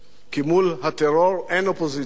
כי מול הטרור אין אופוזיציה,